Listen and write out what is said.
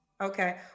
okay